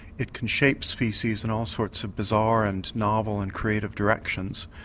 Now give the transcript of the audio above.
it can shape species in all sorts of bizarre and novel and creative directions,